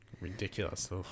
ridiculous